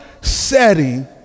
setting